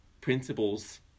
principles